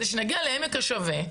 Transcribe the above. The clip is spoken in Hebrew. כדי שנגיע לעמק השווה,